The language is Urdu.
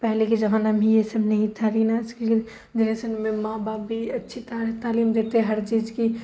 پہلے کے زمانہ میں یہ سب نہیں تھا لیکن آج کے جنریشن میں ماں باپ بھی اچھی تعلیم دیتے ہیں ہر چیز کی